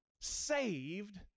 saved